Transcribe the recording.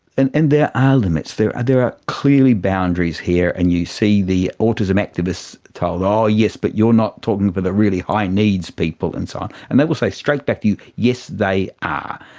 and and there are limits, there are there are clearly boundaries here and you see the autism activists told, oh yes, but you're not talking about but the really high needs people and so on. and they will say straight back to you, yes, they are.